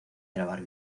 grabar